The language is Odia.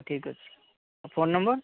ଠିକ୍ ଅଛି ଆଉ ଫୋନ ନମ୍ବର